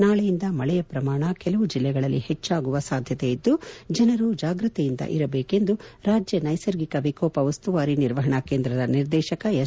ನಾಳೆಯಿಂದ ಮಳೆಯ ಪ್ರಮಾಣ ಕೆಲವು ಜಿಲ್ಲೆಗಳಲ್ಲಿ ಹೆಚ್ಚಾಗುವ ಸಾಧ್ಯತೆ ಇದ್ದು ಜನರು ಜಾಗ್ರತೆಯಿಂದ ಇರಬೇಕು ಎಂದು ರಾಜ್ಯ ನೈಸರ್ಗಿಕ ವಿಕೋಪ ಉಸ್ತುವಾರಿ ನಿರ್ವಹಣಾ ಕೇಂದ್ರದ ನಿರ್ದೇಶಕ ಎಸ್